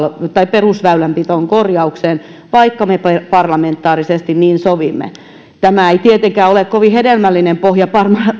perusväylänpitoon korjaukseen vaikka me parlamentaarisesti siitä sovimme tämä ei tietenkään ole kovin hedelmällinen pohja